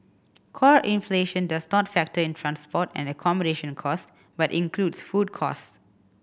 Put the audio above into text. core inflation does not factor in transport and accommodation a cost but includes food costs